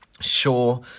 sure